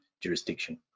jurisdiction